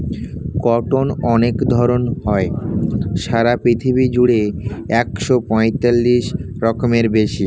cotton অনেক ধরণ হয়, সারা পৃথিবী জুড়ে একশো পঁয়ত্রিশ রকমেরও বেশি